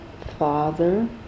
father